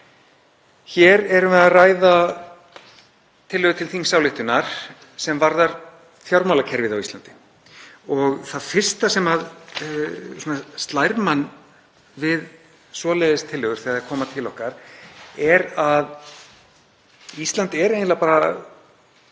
Hér erum við að ræða tillögu til þingsályktunar sem varðar fjármálakerfið á Íslandi og það fyrsta sem slær mann við svoleiðis tillögur þegar þær koma til okkar er að Ísland er eiginlega bara